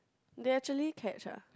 they actually catch ah